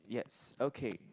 yes okay